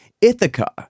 Ithaca